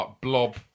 blob